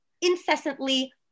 incessantly